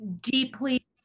deeply